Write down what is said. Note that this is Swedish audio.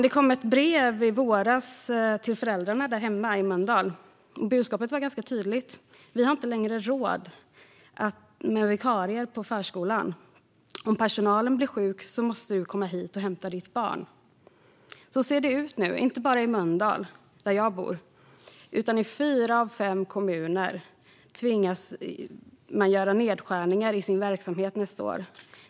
I våras kom ett brev till föräldrar hemma i Mölndal. Budskapet var ganska tydligt: Vi har inte längre råd med vikarier på förskolan. Om personalen blir sjuk måste du komma hit och hämta ditt barn. Så ser det ut nu, inte bara i Mölndal där jag bor. I fyra av fem kommuner tvingas man göra nedskärningar i sin verksamhet nästa år.